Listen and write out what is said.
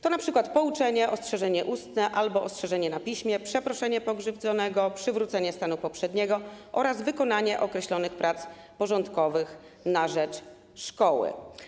To np. pouczenie, ostrzeżenie ustne albo ostrzeżenie na piśmie, przeproszenie pokrzywdzonego, przywrócenie stanu poprzedniego oraz wykonanie określonych prac porządkowych na rzecz szkoły.